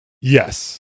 Yes